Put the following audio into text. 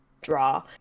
draw